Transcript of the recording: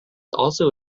also